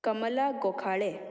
Kamala Gokhale